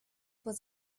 was